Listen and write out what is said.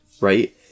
right